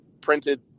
printed